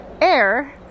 air